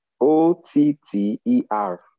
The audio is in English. O-T-T-E-R